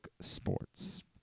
sports